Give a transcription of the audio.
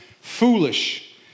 foolish